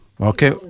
Okay